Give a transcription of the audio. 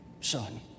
son